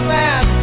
man